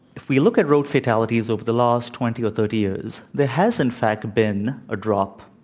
if we look at road fatalities over the last twenty or thirty years, there has, in fact, been a drop,